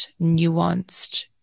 nuanced